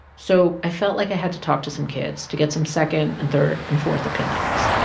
so i felt like i had to talk to some kids to get some second and third and fourth opinions.